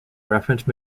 reference